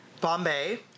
Bombay